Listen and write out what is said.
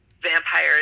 vampires